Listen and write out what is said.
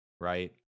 right